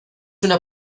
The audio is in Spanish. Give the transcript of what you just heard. una